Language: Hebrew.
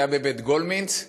זה היה ב"בית גודלמינץ"